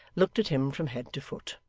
looked at him from head to foot.